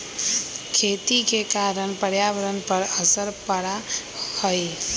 खेती के कारण पर्यावरण पर असर पड़ा हई